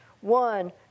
one